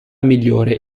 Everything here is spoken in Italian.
migliore